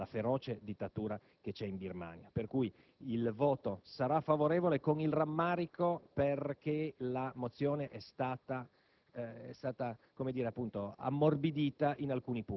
della giunta militare, della feroce dittatura che c'è in Birmania. Pertanto, il voto sarà favorevole, con il rammarico che la mozione è stata